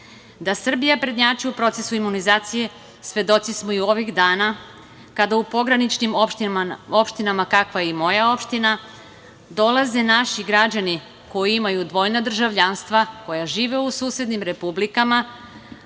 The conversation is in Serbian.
Da Srbija prednjači u procesu imunizacije svedoci smo i ovih dana kada u pograničnim opštinama kakva je i moja opština dolaze naši građani koji imaju dvojno državljanstvo, koja žive u susednim republikama,